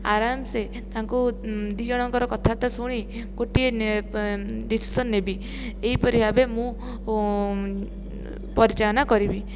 ଆରାମ ସେ ତାଙ୍କୁ ଦୁଇଜଣଙ୍କର କଥାବାର୍ତ୍ତା ଶୁଣି ଗୋଟିଏ ଡିସିସନ୍ ନେବି ଏହିପରି ଭାବେ ମୁଁ ପରିଚାଳନା କରିବି